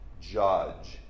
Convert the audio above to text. judge